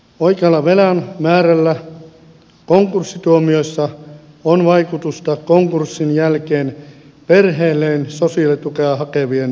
oikealla velan määrällä konkurssituomiossa on vaikutusta konkurssin jälkeen perheelleen sosiaalitukea hakevien lukumäärään